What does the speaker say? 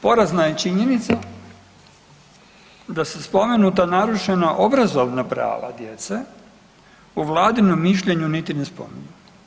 Porazna je činjenica da su spomenuta narušena obrazovana prava djece u Vladinom mišljenju niti ne spominju.